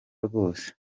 rwose